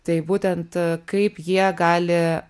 tai būtent kaip jie gali